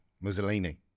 Mussolini